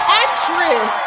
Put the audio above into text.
actress